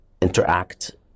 interact